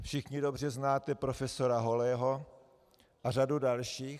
Všichni dobře znáte profesora Holého a řadu dalších.